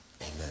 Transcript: Amen